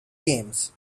teams